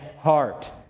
heart